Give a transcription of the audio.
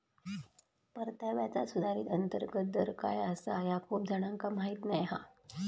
परताव्याचा सुधारित अंतर्गत दर काय आसा ह्या खूप जणांका माहीत नाय हा